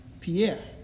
Pierre